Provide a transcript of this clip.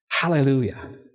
Hallelujah